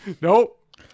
Nope